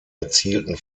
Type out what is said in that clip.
erzielten